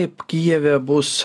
kaip kijeve bus